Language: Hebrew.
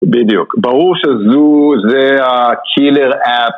בדיוק, ברור שזו, זה ה-Killer App.